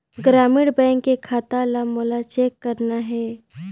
ग्रामीण बैंक के खाता ला मोला चेक करना हे?